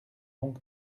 donc